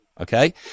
Okay